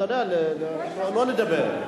אתה יודע, לא לדבר.